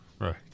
Right